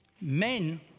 Men